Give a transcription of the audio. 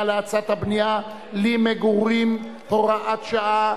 להאצת הבנייה למגורים (הוראת שעה),